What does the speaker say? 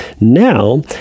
Now